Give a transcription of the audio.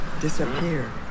disappear